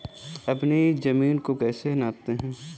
अपनी जमीन को कैसे नापते हैं?